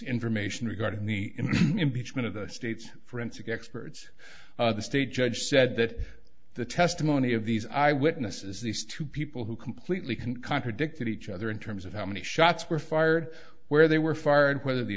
information regarding the impeachment of the state's forensic experts the state judge said that the testimony of these eyewitnesses these two people who completely can contradict each other in terms of how many shots were fired where they were fired whether